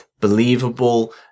believable